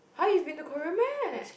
!huh! you've been to Korea meh